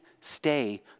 stay